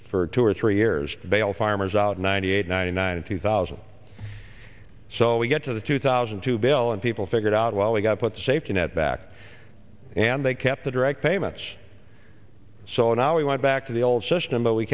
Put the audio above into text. for two or three years to bail farmers out ninety eight ninety nine two thousand so we get to the two thousand to bill and people figured out while we got put the safety net back and they kept the direct payments so now we want back to the old system but we